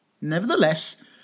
Nevertheless